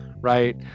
Right